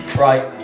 right